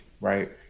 right